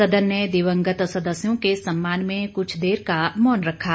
सदन ने दिवंगत सदस्यों के सम्मान में कुछ देर का मौन रखा